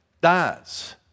dies